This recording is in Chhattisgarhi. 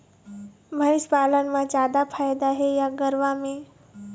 भंइस पालन म जादा फायदा हे या गरवा में?